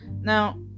Now